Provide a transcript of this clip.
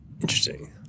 Interesting